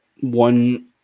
one